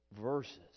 verses